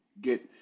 get